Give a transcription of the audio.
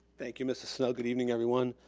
thank you, mrs. snell, good evening everyone.